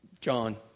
John